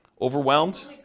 Overwhelmed